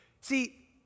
See